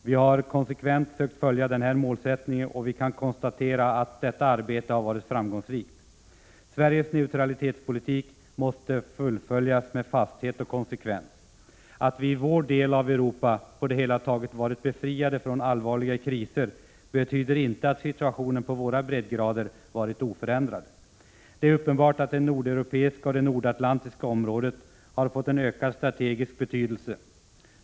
Vi har konsekvent sökt följa denna målsättning, och vi kan konstatera att detta arbete har varit framgångsrikt. Sveriges neutralitetspolitik måste fullföljas med fasthet och konsekvens. Att vi i vår del av Europa på det hela taget varit befriade från allvarliga kriser betyder inte att situationen på våra breddgrader har varit oförändrad. Det är uppenbart att det nordeuropeiska och det nordatlantiska området har fått en ökad strategisk betydelse.